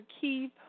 Keith